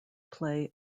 play